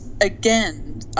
again